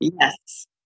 Yes